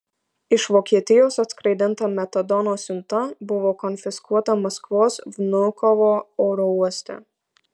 iš vokietijos atskraidinta metadono siunta buvo konfiskuota maskvos vnukovo oro uoste